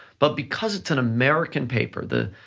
but because it's an american paper, the